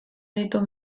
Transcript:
ditu